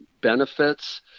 benefits